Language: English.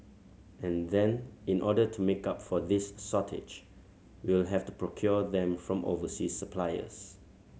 and then in order to make up for this shortage we'll have to procure them from overseas suppliers